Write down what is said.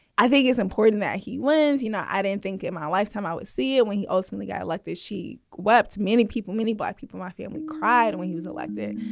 i think it's important that he wins. you know, i don't think in my lifetime i would see it when he ultimately i like this. she wept. many people, many black people my family cried when he was elected.